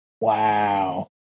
Wow